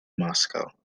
moscow